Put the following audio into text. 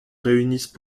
réunissent